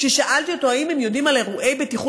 כששאלתי אותו אם הם יודעים על אירועי בטיחות,